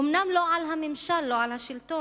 אומנם לא על הממשל ולא על השלטון,